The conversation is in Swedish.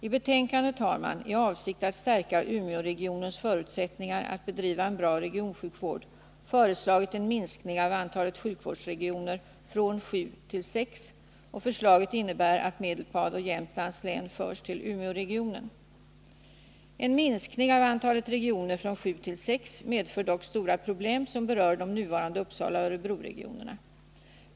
I betänkandet har man, i avsikt att stärka Umeåregionens förutsättningar att bedriva en bra regionsjukvård, föreslagit en minskning av antalet sjukvårdsregioner från sju till sex. Förslaget innebär att Medelpad och Jämtlands län förs till Umeåregionen. En minskning av antalet regioner från sju till sex medför dock stora problem, som berör de nuvarande Uppsalaoch Örebroregionerna.